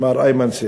מר איימן סייף.